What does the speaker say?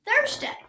Thursday